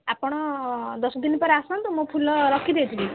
ଆପଣ ଦଶ ଦିନ ପରେ ଆସନ୍ତୁ ମୁଁ ଫୁଲ ରଖିଦେଇଥିବି